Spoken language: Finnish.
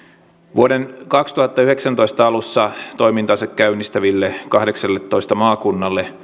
vuoden kaksituhattayhdeksäntoista alussa toimintansa käynnistäville kahdeksalletoista maakunnalle